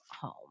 home